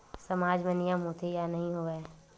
सामाज मा नियम होथे या नहीं हो वाए?